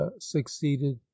succeeded